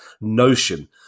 Notion